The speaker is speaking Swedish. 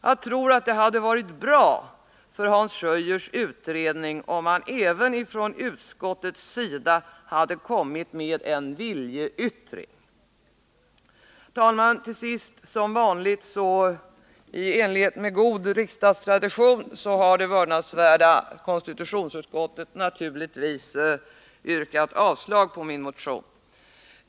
Det hade, enligt min mening, varit bra för Hans Schöiers utredning, om utskottet hade kommit med en viljeyttring. Herr talman! I enlighet med god riksdagstradition har det vördnadsvärda konstitutionsutskottet naturligtvis yrkat avslag på min motion.